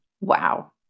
Wow